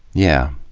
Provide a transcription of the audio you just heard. yeah.